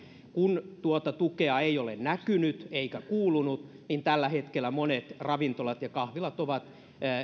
kun tuota tukea ei ole näkynyt eikä kuulunut niin tällä hetkellä monet ravintolat ja kahvilat ovat